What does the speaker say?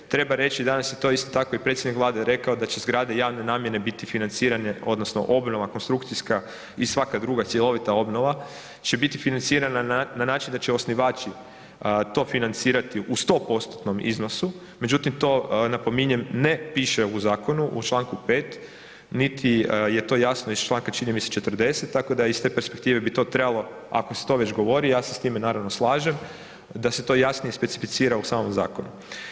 Treba reći, danas je to, isto tako i predsjednik Vlade rekao, da će zgrade javne nabave biti financirane, odnosno obnova, konstrukcijska i svaka druga cjelovita obnova će biti financirana na način da će osnivači to financirati u 100%-tnom iznosu, međutim, to, napominjem, ne piše u zakonu u čl. 5. niti je to jasno iz članka, čini mi se, 40., tako da iz te perspektive bi to trebalo, ako se to već govori, ja se s time, naravno, slažem, da se to jasnije specificira u samom zakonu.